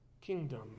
kingdom